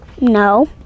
No